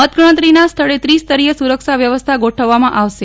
મતગણતરીના સ્થળે ત્રિસ્તરીય સુરક્ષા વ્યવસ્થા ગોઠવવામાં આવશે